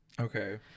Okay